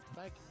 Thank